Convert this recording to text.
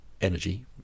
energy